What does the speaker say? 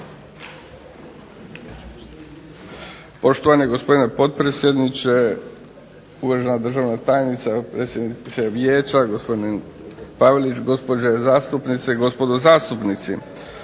Poštovani gospodine potpredsjedniče, uvažena državna tajnice, predsjedniče Vijeća gospodin Pavelić, gospođe zastupnice i gospodo zastupnici.